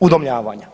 udomljavanja.